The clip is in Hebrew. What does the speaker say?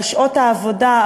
על שעות העבודה,